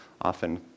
often